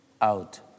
out